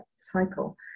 cycle